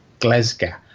Glesga